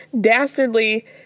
dastardly